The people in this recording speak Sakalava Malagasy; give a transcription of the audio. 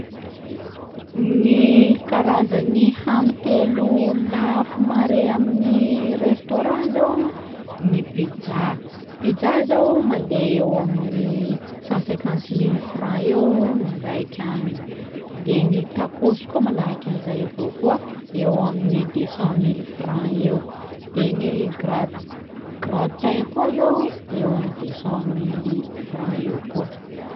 Gny karazany hany telo lafo mare amin'ny restaurant zao: gny pizza, pizza zao mandeha eo amin'ny cent cinquante milles francs eo ny raika aminy; de gny tacos koa manahakan'izay avao koà, eo amin'ny deux cent milles francs eo; de gny gra- gratin koa zao, eo amin'ny deux cent mily francs eo koà.